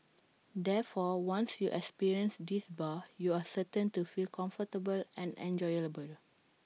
therefore once you experience this bar you are certain to feel comfortable and enjoyable